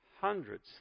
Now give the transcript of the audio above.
Hundreds